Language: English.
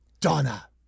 Donna